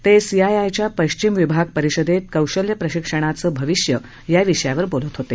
ते सीआयआयच्या पश्चिम विभाग परिषदेत कौशल्य प्रशिक्षणाचं भविष्य या विषयावर बोलत होते